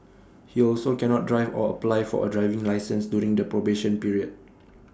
he also cannot drive or apply for A driving licence during the probation period